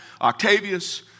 Octavius